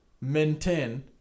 maintain